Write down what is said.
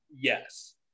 Yes